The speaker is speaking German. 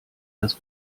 das